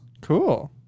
Cool